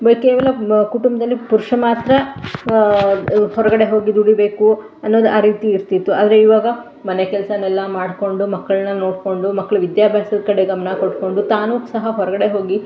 ಬ ಕೇವಲ ಬ ಕುಟುಂಬದಲ್ಲಿ ಪುರುಷ ಮಾತ್ರ ಹೊರಗಡೆ ಹೋಗಿ ದುಡಿಬೇಕು ಅನ್ನೋದು ಆ ರೀತಿ ಇರ್ತಿತ್ತು ಆದರೆ ಈವಾಗ ಮನೆ ಕೆಲಸನೆಲ್ಲ ಮಾಡಿಕೊಂಡು ಮಕ್ಕಳನ್ನ ನೋಡಿಕೊಂಡು ಮಕ್ಳ ವಿದ್ಯಾಭ್ಯಾಸದ ಕಡೆ ಗಮನ ಕೊಟ್ಕೊಂಡು ತಾನೂ ಸಹ ಹೊರಗಡೆ ಹೋಗಿ